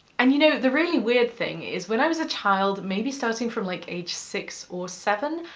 and you know, the really weird thing is when i was a child, maybe starting from like age six or seven,